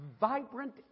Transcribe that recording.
vibrant